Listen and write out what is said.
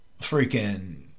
freaking